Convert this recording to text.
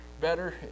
better